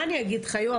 מה אני אגיד לך, יואב?